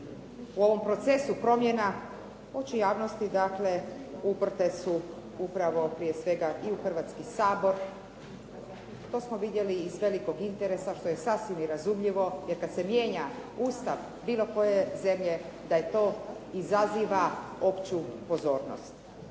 u ovom procesu promjena oči javnosti dakle uprte su upravo prije svega i u Hrvatski sabor. To smo vidjeli i iz velikog interesa, što je sasvim i razumljivo, jer kad se mijenja Ustav bilo koje zemlje da to izaziva opću pozornost.